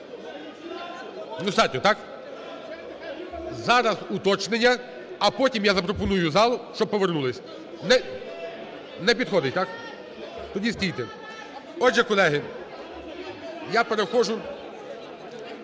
Достатньо, так? Зараз уточнення, а потім я запропоную залу, щоб повернулись. Не підходить? Тоді стійте. Отже, колеги, я переходжу